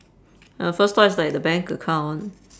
uh first thought like the bank account